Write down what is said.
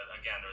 again